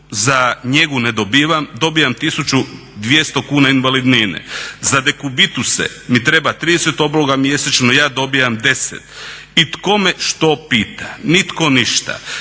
za njegu ne dobivam, dobivam tisuću 200 kuna invalidnine. Za dekubituse mi treba 30 obloga mjesečno, ja dobivam 10. I tko me što pita? Nitko ništa".